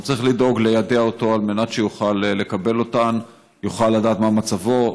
צריך לדאוג ליידע אותו על מנת שיוכל לקבל אותן ויוכל לדעת מה מצבו.